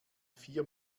vier